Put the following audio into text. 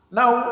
Now